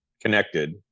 connected